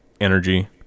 energy